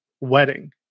Wedding